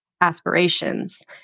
aspirations